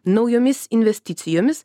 naujomis investicijomis